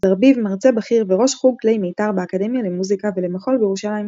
זרביב מרצה בכיר וראש חוג כלי מיתר באקדמיה למוסיקה ולמחול בירושלים.